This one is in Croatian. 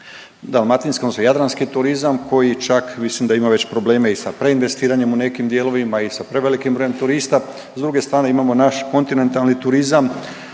dalmatinski, odnosno jadranski turizam koji čak mislim da ima već probleme i sa preinvestiranjem u nekim dijelovima i sa prevelikim brojem turista. S druge strane imamo naš kontinentalni turizam.